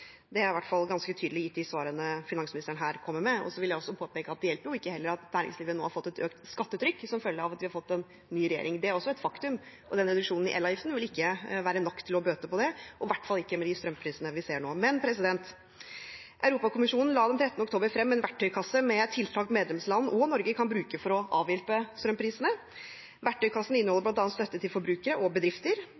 Det er i hvert fall ganske tydelig ut fra de svarene finansministeren her kommer med. Jeg vil også påpeke at det hjelper heller ikke at næringslivet nå har fått et økt skattetrykk som følge at vi har fått en ny regjering. Det er også et faktum. Denne reduksjonen i elavgiften vil ikke være nok til å bøte på det, i hvert fall ikke med tanke på de strømprisene vi ser nå. Men: Europakommisjonen la den 13. oktober frem en verktøykasse med tiltak medlemsland og Norge kan bruke for å avhjelpe strømprisene. Verktøykassen inneholder